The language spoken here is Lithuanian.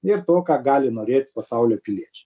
ir to ką gali norėti pasaulio piliečiai